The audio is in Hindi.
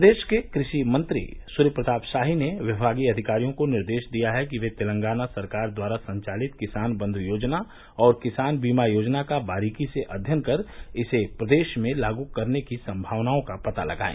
प्रदेश के कृषि मंत्री सूर्य प्रताप शाही ने विभागीय अधिकारियों को निर्देश दिया है कि वे तेलंगाना सरकार द्वारा संचालित किसान बंध् योजना और किसान बीमा योजना का बारीकी से अध्ययन कर इसे प्रदेश में लागू करने की संभावनाओं का पता लगायें